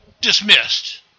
dismissed